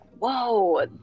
whoa